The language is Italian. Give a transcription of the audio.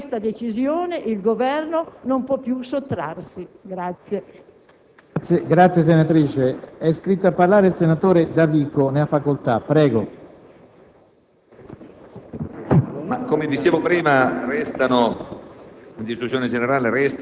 Se il provvedimento in esame risolve il problema dell'assetto degli enti di ricerca e le risorse di finanziamento ordinario sbloccate con il decreto sull'extra gettito approvato nel luglio scorso daranno una boccata di ossigeno